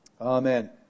Amen